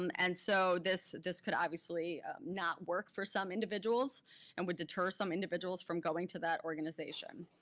um and so this this could obviously not work for some individuals and would deter some individuals from going to that organization.